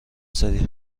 سری